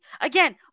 again